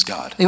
God